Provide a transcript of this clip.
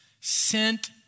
sent